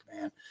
man